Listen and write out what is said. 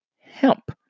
hemp